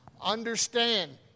Understand